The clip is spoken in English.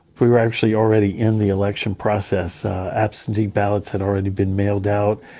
we're actually already in the election process absentee ballots had already been mailed out.